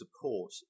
support